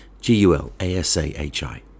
G-U-L-A-S-A-H-I